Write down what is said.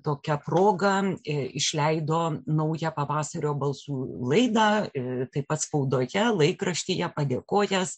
tokia proga išleido naują pavasario balsų laidą taip pat spaudoje laikraštyje padėkojęs